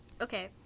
Okay